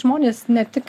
žmonės ne tik